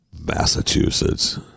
Massachusetts